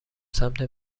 سمت